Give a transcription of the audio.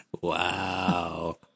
Wow